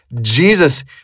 Jesus